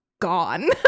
gone